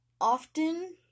often